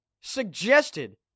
suggested